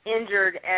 Injured